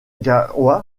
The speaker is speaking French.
ieyasu